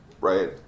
right